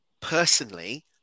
Personally